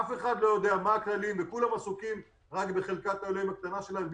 אף אחד לא יודע מה הכללים וכולם עסוקים רק בחלקת אלוהים הקטנה שלהם,